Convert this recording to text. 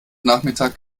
nachmittag